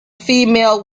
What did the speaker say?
female